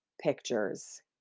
Pictures